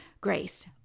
Grace